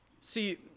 See